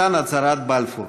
מתן הצהרת בלפור.